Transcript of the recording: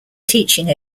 teaching